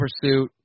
Pursuit